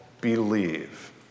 believe